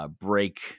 Break